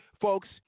folks